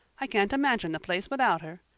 i can't imagine the place without her.